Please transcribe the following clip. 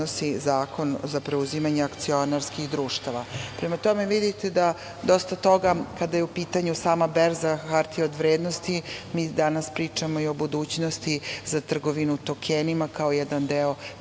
Zakon za preuzimanje akcionarskih društava. Prema tome, vidite da dosta toga kada je u pitanju sama berza hartija od vrednosti, mi danas pričamo i o budućnosti za trgovinu tokenima kao jedan deo